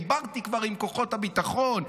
דיברתי כבר עם כוחות הביטחון,